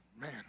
man